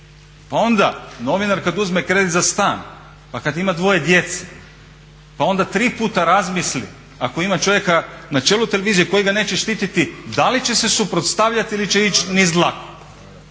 pa onda novinar kad uzme kredit za stan pa kad ima dvoje djece pa onda tri puta razmisli ako ima čovjeka na čelu televizije koji ga neće štititi da li će se suprotstavljati ili će ići niz dlaku